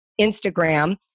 Instagram